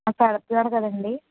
పడుతున్నాయి కదండీ